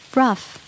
rough